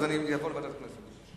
אז זה יעבור לוועדת הכנסת שתכריע.